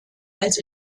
als